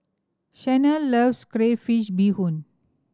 Shanell loves crayfish beehoon